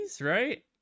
right